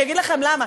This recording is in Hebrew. אני אגיד לכם למה,